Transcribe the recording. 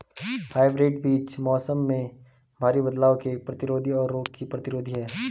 hybrid बीज मौसम में भारी बदलाव के प्रतिरोधी और रोग प्रतिरोधी हैं